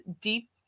deep